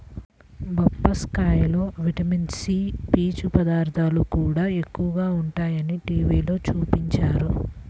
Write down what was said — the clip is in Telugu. బొప్పాస్కాయలో విటమిన్ సి, పీచు పదార్థాలు కూడా ఎక్కువగా ఉంటయ్యని టీవీలో చూపించారు